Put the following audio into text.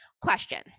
question